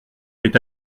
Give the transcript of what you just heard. plaît